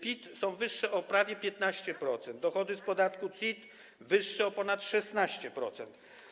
PIT są wyższe prawie o 15%, dochody z podatku CIT - wyższe o ponad 16%.